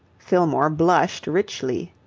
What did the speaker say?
fillmore blushed richly.